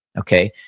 okay.